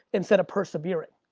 instead of persevering.